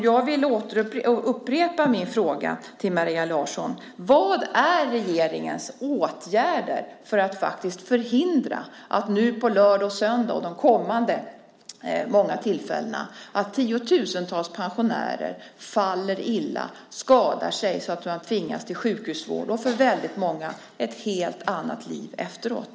Jag vill upprepa min fråga till Maria Larsson: Vad är regeringens åtgärder för att faktiskt förhindra att tiotusentals pensionärer nu på lördag och söndag och vid kommande många tillfällen faller illa, skadar sig så att de tvingas till sjukhusvård och till, i väldigt många fall, ett helt annat liv efteråt?